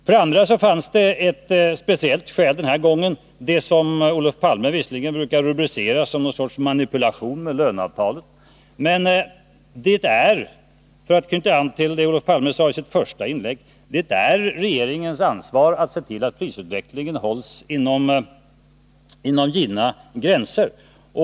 För det andra fanns det ett alldeles speciellt skäl den här gången. Olof Palme brukar visserligen rubricera det som ett slags manipulation med löneavtalet, men det är — för att knyta an till vad Olof Palme sade i sitt första inlägg — regeringens ansvar att se till att prisutvecklingen hålls inom givna gränser.